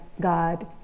God